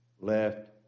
left